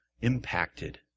impacted